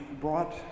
brought